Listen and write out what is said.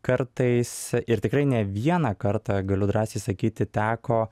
kartais ir tikrai ne vieną kartą galiu drąsiai sakyti teko